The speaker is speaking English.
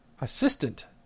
assistant